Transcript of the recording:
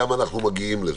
למה אנחנו מגיעים לזה?